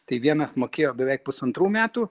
tai vienas mokėjo beveik pusantrų metų